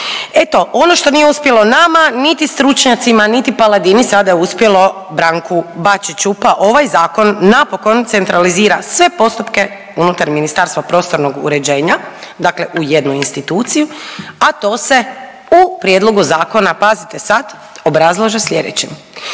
Eto ono što nije uspjelo nama niti stručnjacima, niti Paladini sada je uspjelo Branku Bačiću pa ovaj zakon napokon centralizira sve postupke unutar Ministarstva prostornog uređenja, dakle u jednu instituciju, a to se u prijedlogu zakona pazite sad obrazlaže sljedećim.